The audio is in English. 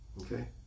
Okay